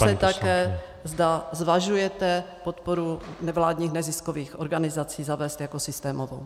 A ptám se také, zda zvažujete podporu nevládních neziskových organizací zavést jako systémovou.